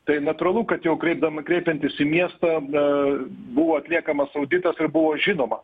tai natūralu kad jau kreipdam kreipiantis į miestą buvo atliekamas auditas ir buvo žinoma